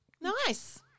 Nice